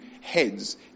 heads